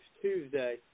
Tuesday